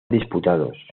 disputados